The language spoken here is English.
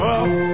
up